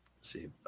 see